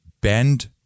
bend